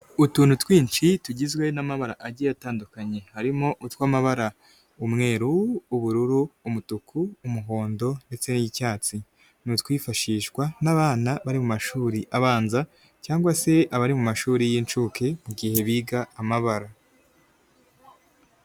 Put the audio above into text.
Utuntu twinshi tugizwe n'amabara agiye atandukanye harimo utw'amabara umweru, ubururu, umutuku, umuhondo ndetse n'icyatsi ni utwifashishwa n'abana bari mu mashuri abanza cyangwa se abari mu mashuri y'inshuke mu gihe biga amabara.